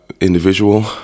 individual